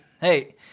hey